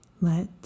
Let